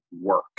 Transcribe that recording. work